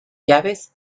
llaves